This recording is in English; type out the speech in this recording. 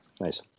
Nice